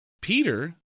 Peter